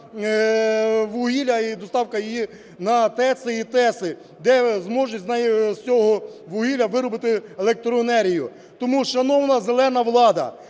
вугілля, і доставка її на ТЕЦи і ТЕСи, де зможуть з цього вугілля виробити електроенергію. Тому, шановна "зелена" влада,